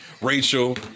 Rachel